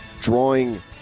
drawing